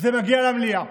זה מגיע למליאה,